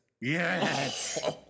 Yes